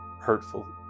hurtful